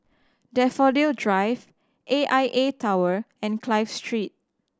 Daffodil Drive A I A Tower and Clive Street